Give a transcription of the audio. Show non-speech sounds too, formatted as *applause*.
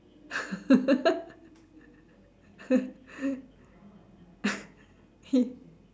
*laughs*